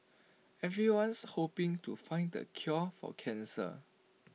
everyone's hoping to find the cure for cancer